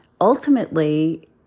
ultimately